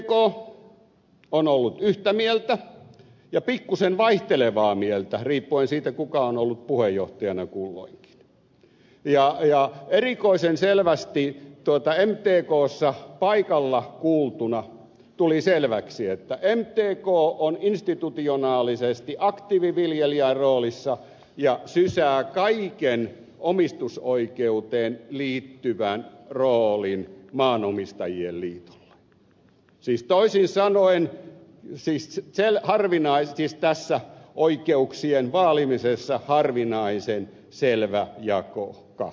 mtk on ollut yhtä mieltä ja pikkuisen vaihtelevaa mieltä riippuen siitä kuka on ollut puheenjohtajana kulloinkin ja erikoisen selvästi mtkssa paikalla kuultuna tuli selväksi että mtk on institutionaalisesti aktiiviviljelijän roolissa ja sysää kaiken omistusoikeuteen liittyvän roolin maanomistajain liitolle siis toisin sanoen tässä oikeuksien vaalimisessa on harvinaisen selvä jako kahtia